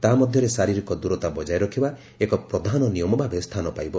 ତାହା ମଧ୍ୟରେ ଶାରୀରିକ ଦୂରତା ବଜାୟ ରଖିବା ଏକ ପ୍ରଧାନ ନିୟମ ଭାବେ ସ୍ଥାନ ପାଇବ